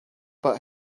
but